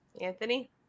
Anthony